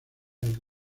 del